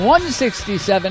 167